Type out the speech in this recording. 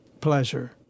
pleasure